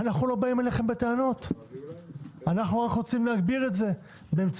אנו לא באים אליכם בטענות אלא רק רוצים להגביר את זה באמצעות